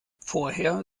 vorher